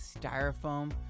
styrofoam